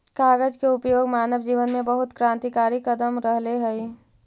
कागज के उपयोग मानव जीवन में बहुत क्रान्तिकारी कदम रहले हई